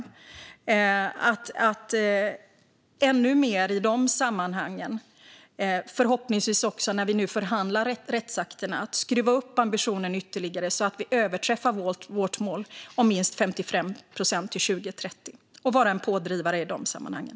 Förhoppningsvis kan vi i de sammanhangen, när vi nu också förhandlar rättsakterna, skruva upp ambitionen ytterligare så att vi överträffar vårt mål om minst 55 procent till 2030 och vara en pådrivare i de sammanhangen.